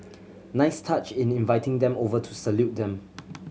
nice touch in inviting them over to salute them